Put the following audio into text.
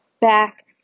back